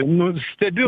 nu stebiu